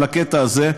על הקטע הזה,